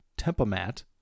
Tempomat